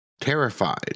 Terrified